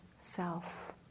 self